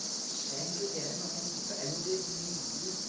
sank again on bended knee,